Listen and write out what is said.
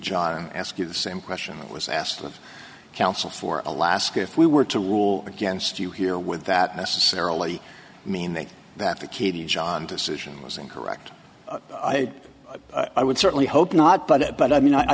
john i ask you the same question was asked of counsel for alaska if we were to rule against you here with that necessarily mean that the key to john decision was incorrect i would certainly hope not but it but i mean i